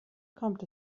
kommt